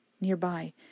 nearby